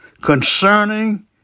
concerning